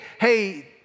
hey